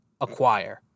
acquire